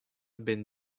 benn